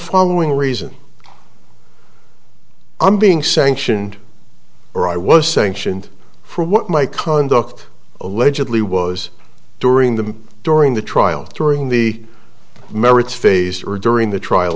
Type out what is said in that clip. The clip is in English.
following reason i'm being sanctioned or i was saying shouldn't from what my conduct allegedly was during the during the trial during the merits phase or during the trial